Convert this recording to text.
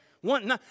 one